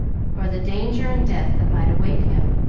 or the danger and death that might await him.